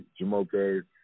Jamoke